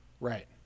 right